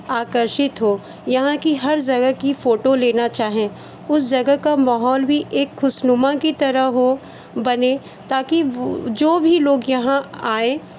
आकर्षित हो यहाँ की हर ज़गह की फ़ोटो लेना चाहें उस जगह का माहौल भी एक खुशनुमा की तरह हो बने ताकि जो भी लोग यहाँ आएँ